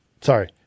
sorry